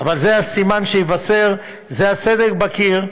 אבל זה הסימן שיבשר, זה הסדק בקיר,